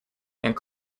and